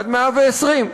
עד מאה-ועשרים.